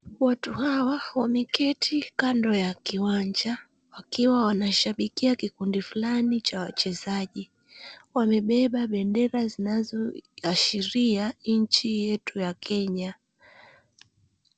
Watu hawa wameketi kando ya kiwanja wakiwa wanashabikia kikundi fulani cha wachezaji. Wamebeba bendera zinazoashiria nchi yetu ya Kenya .